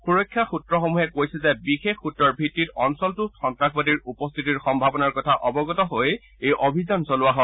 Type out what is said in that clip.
সুৰক্ষা স্ত্ৰসমূহে কৈছে যে বিশেষ সুত্ৰৰ ভিত্তিত অঞ্চলটোত সন্ত্ৰাসবাদীৰ উপস্থিতিৰ সম্ভাৱনাৰ কথা অৱগত হৈ এই অভিযান চলোৱা হয়